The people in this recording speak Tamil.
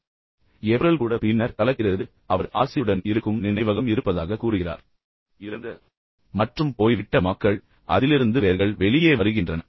எனவே ஏப்ரல் கூட பின்னர் கலக்கிறது அவர் ஆசையுடன் இருக்கும் நினைவகம் இருப்பதாக கூறுகிறார் எனவே இறந்த மற்றும் போய்விட்ட மக்கள் பின்னர் அதிலிருந்து வேர்கள் வெளியே வருகின்றன